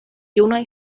junaj